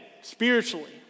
spiritually